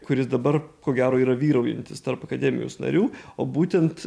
kuris dabar ko gero yra vyraujantis tarp akademijos narių o būtent